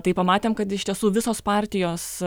tai pamatėm kad iš tiesų visos partijos